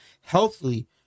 Healthily